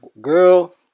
Girl